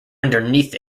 underneath